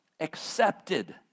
accepted